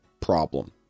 problem